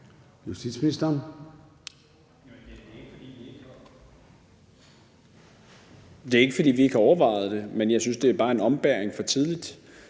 Det er ikke, fordi vi ikke har overvejet det, men jeg synes bare, det er en ombæring for tidligt.